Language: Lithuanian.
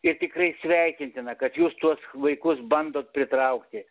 ir tikrai sveikintina kad jūs tuos vaikus bandot pritraukti